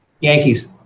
Yankees